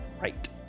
right